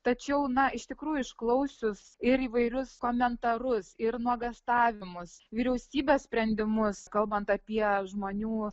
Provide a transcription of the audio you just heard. tačiau na iš tikrųjų išklausius ir įvairius komentarus ir nuogąstavimus vyriausybės sprendimus kalbant apie žmonių